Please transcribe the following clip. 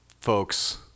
folks